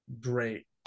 great